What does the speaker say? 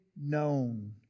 known